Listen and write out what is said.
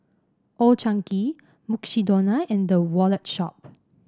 Old Chang Kee Mukshidonna and The Wallet Shop